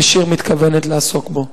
ושיר מתכוונת לעסוק בו.